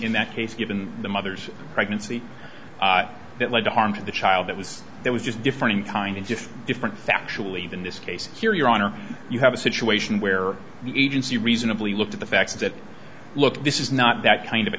in that case given the mother's pregnancy that led to harm to the child that was there was just different in kind and just different factually in this case here your honor you have a situation where the agency reasonably looked at the facts that look this is not that kind of a